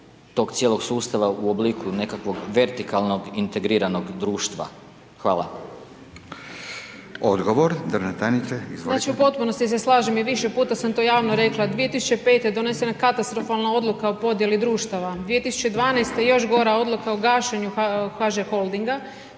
tog cijelog sustava u obliku nekakvog vertikalnog integriranog društva? Hvala. **Radin, Furio (Nezavisni)** Odgovor državna tajnice, izvolite. **Brnjac, Nikolina** U potpunosti se slažem i više put sam to javno rekla, 2005. je donesena katastrofalna odluka u podijeli društava, 2012. još gora odluka o gašenju HŽ holdinga,